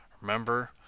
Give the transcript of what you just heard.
remember